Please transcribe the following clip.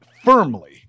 firmly